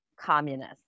communist